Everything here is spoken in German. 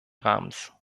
rahmens